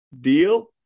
deal